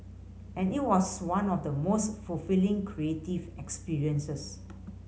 and it was one of the most fulfilling creative experiences